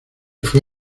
fue